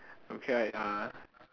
okay I uh